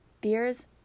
beers